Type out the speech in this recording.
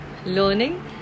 Learning